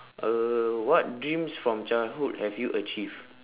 uh what dreams from childhood have you achieved